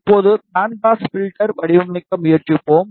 இப்போது band pass filter வடிவமைக்க முயற்சிப்போம்